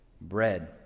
bread